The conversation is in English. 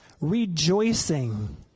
rejoicing